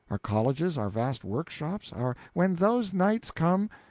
our colleges, our vast workshops, our when those knights come,